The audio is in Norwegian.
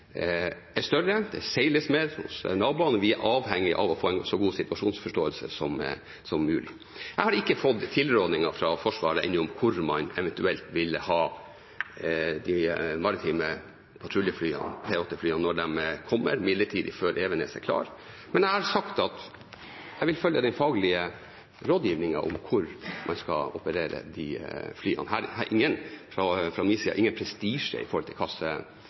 er større – det seiles mer hos naboene, og vi er avhengige av å få en så god situasjonsforståelse som mulig. Jeg har ennå ikke fått tilrådinger fra Forsvaret om hvor man eventuelt vil ha de maritime patruljeflyene, P8-flyene, når de kommer – midlertidig før Evenes er klar – men jeg har sagt at jeg vil følge den faglige rådgivningen om hvorfra man skal operere flyene. Det er fra min side ingen prestisje